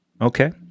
Okay